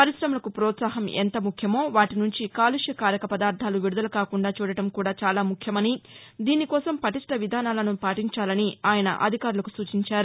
పర్కాశమలకు ప్రోత్సాహం ఎంత ముఖ్యమో వాటి నుంచి కాలుష్య కారక పదార్ధాలు విదుదల కాకుండా చూడటం కూడా చాలా ముఖ్యమనీ దీనికోసం పటిష్ణ విధానాలను పాటించాలని ఆయన అధికారులకు సూచించారు